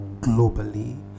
globally